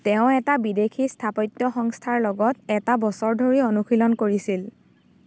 তেওঁ এটা বিদেশী স্থাপত্য সংস্থাৰ লগত এটা বছৰ ধৰি অনুশীলন কৰিছিল